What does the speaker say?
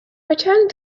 returning